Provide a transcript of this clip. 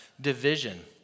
division